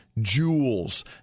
Jewels